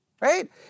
right